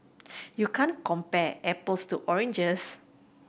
you can't compare apples to oranges